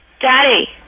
Daddy